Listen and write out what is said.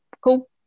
Cool